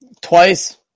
Twice